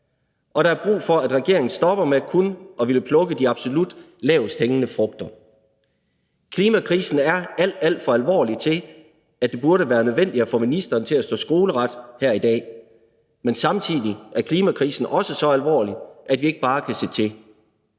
og der er brug for, at regeringen stopper med kun at ville plukke de absolut lavest hængende frugter. Klimakrisen er alt, alt for alvorlig til, at det burde være nødvendigt at få ministeren til at stå skoleret her i dag, men samtidig er klimakrisen også så alvorlig, at vi ikke bare kan se til.